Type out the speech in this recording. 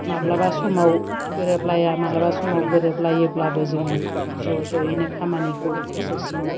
माब्लाबा समाव गोरोबलाया माब्लाबा समाव गोरोबलायोब्लाबो जोङो ज' ज'यैनो खामानिखौ गोसो सिङाव